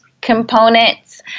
components